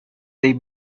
they